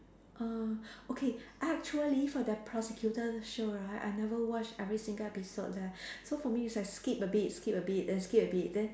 uh okay actually for that prosecutor show right I never watch every single episode leh so for me is I skip a bit skip a bit then skip a bit then